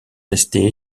restée